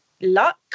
Luck